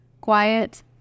quiet